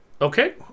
Okay